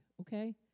Okay